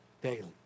daily